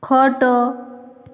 ଖଟ